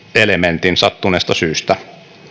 elementin sattuneesta syystä